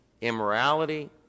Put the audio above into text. immorality